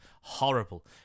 horrible